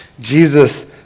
Jesus